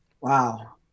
Wow